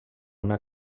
una